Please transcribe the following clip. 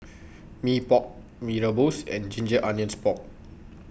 Mee Pok Mee Rebus and Ginger Onions Pork